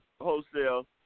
wholesale